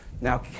Now